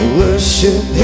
worship